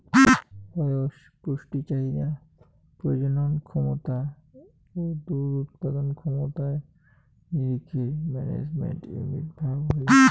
বয়স, পুষ্টি চাহিদা, প্রজনন ক্যমতা ও দুধ উৎপাদন ক্ষমতার নিরীখে ম্যানেজমেন্ট ইউনিট ভাগ হই